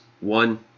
one